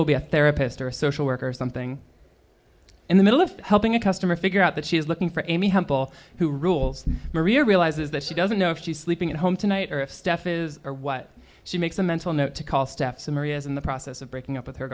will be a therapist or a social worker or something in the middle of helping a customer figure out that she is looking for amy hempel who rules maria realizes that she doesn't know if she's sleeping at home tonight or if steph is or what she makes a mental note to call steph some areas in the process of breaking up with her